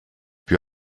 più